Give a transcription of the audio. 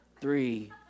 Three